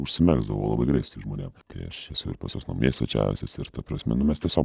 užsimegzdavo labai giliai su tais žmonėm tai aš esu ir pas juos namie svečiavęsis ir ta prasme nu mes tiesiog